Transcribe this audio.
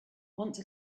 once